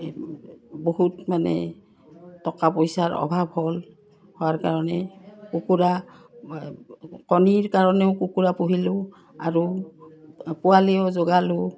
এই বহুত মানে টকা পইচাৰ অভাৱ হ'ল হোৱাৰ কাৰণে কুকুৰা কণীৰ কাৰণেও কুকুৰা পুহিলোঁ আৰু পোৱালিও জগালোঁ